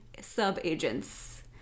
sub-agents